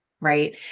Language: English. Right